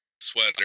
sweater